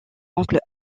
oncle